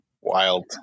Wild